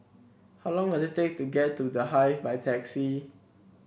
how long does it take to get to The Hive by taxi